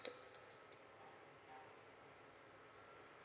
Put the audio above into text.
okay